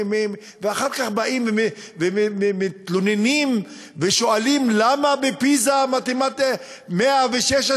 ואחר כך באים ומתלוננים ושואלים למה בפיז"ה יש 116